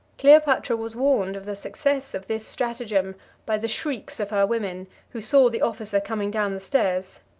cleopatra was warned of the success of this stratagem by the shrieks of her women, who saw the officer coming down the stairs.